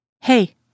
Hey